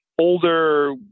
older